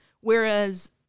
Whereas